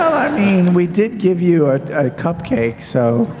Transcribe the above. i mean, we did give you a cupcake, so.